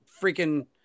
freaking